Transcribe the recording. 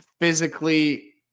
physically